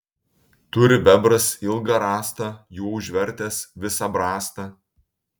turi bebras ilgą rąstą juo užvertęs visą brastą